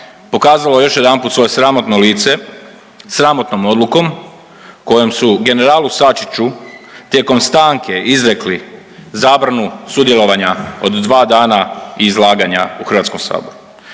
pokazalo još jedanput svoje sramotno lice sramotnom odlukom kojem su generalu Sačiću tijekom stanke izrekli zabranu sudjelovanja od dva dana i izlaganja u Hrvatskom saboru.